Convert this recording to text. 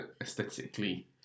aesthetically